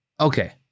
Okay